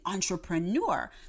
Entrepreneur